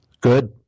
Good